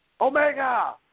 Omega